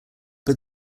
but